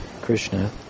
Krishna